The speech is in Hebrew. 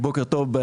בוקר טוב.